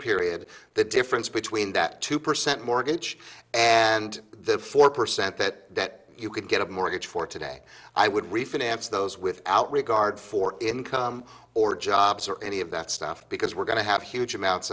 period the difference between that two percent mortgage and the four percent that you could get a mortgage for today i would refinance those without regard for income or jobs or any of that stuff because we're going to have huge amounts